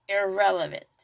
irrelevant